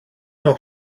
noch